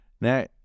Now